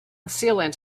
sealant